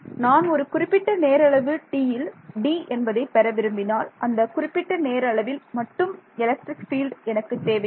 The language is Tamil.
நான் ஒரு குறிப்பிட்ட நேர அளவு tயில் D என்பதை பெற விரும்பினால் அந்த குறிப்பிட்ட நேர அளவில் மட்டும் எலக்ட்ரிக் பீல்டு எனக்கு தேவை இல்லை